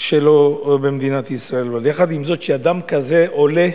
שלו במדינת ישראל, אבל יחד עם זאת, כשאדם כזה עולה